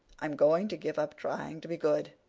i'm going to give up trying to be good,